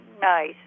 nice